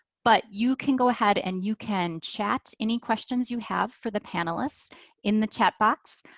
but you can go ahead and you can chat any questions you have for the panelists in the chat box.